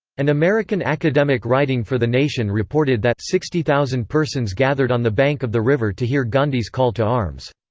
an american academic writing for the nation reported that sixty thousand persons gathered on the bank of the river to hear gandhi's call to arms.